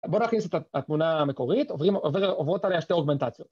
‫בואו נכניס את התמונה המקורית, ‫עוברות עליה שתי אוגמנטציות.